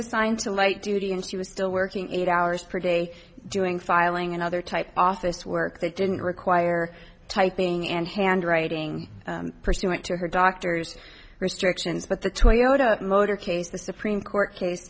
assigned to light duty and she was still working eight hours per day doing filing and other type office work that didn't require typing and handwriting pursuant to her doctor's restrictions but the motor case the supreme court case